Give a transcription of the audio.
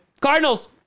Cardinals